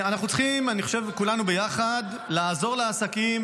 אני חושב שאנחנו צריכים כולנו ביחד לעזור לעסקים,